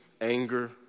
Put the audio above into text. anger